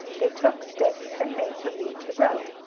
they took sticks and made believe to row.